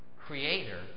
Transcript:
creator